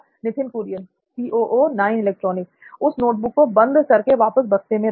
नित्थिन कुरियन उस नोटबुक को बंद करके वापस बस्ते में रखना